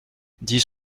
dix